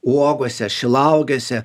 uogose šilauogėse